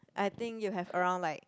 I think you have around like